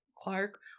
Clark